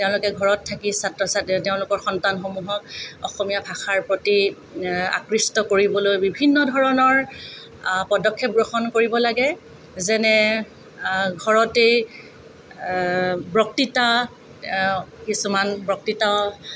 তেওঁলোকে ঘৰত থাকি ছাত্ৰ ছাত্ৰী তেওঁলোকৰ সন্তানসমূহক অসমীয়া ভাষাৰ প্ৰতি আকৃষ্ট কৰিবলৈ বিভিন্ন ধৰণৰ পদক্ষেপ গ্ৰহণ কৰিব লাগে যেনে ঘৰতেই বক্তৃতা কিছুমান বক্তৃতা